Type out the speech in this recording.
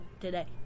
today